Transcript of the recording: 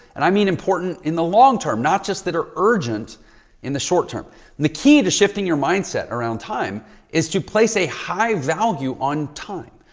and i mean important in the longterm, not just that are urgent in the short term. and the key to shifting your mindset around time is to place a high value on time.